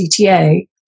CTA